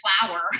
flower